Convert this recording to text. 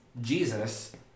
Jesus